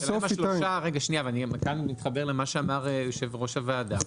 כאן אני מתחבר למה שאמר יושב ראש הוועדה,